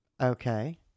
Okay